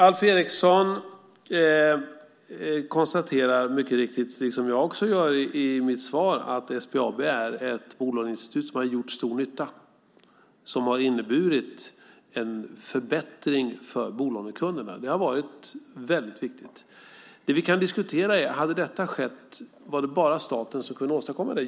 Alf Eriksson konstaterar mycket riktigt, liksom jag gör i mitt svar, att SBAB är ett bolåneinstitut som har gjort stor nytta och som har inneburit en förbättring för bolånekunderna. Det har varit väldigt viktigt. Det som vi kan diskutera är om det var bara staten som kunde åstadkomma det.